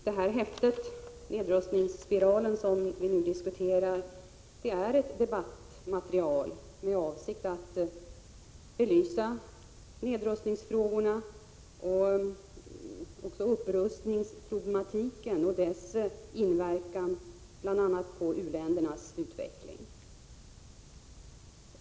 Det häfte som vi nu diskuterar, Nedrustningsspiralen, är ett debattmaterial med avsikt att belysa nedrustningsfrågorna och upprustningsproblematiken och dess inverkan på bl.a. u-ländernas utveckling.